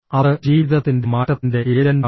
അത് ജീവിതത്തിന്റെ മാറ്റത്തിന്റെ ഏജന്റാണ്